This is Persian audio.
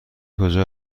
کجا